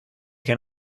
can